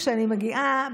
כשאני מגיעה,